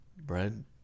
bread